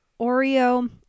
Oreo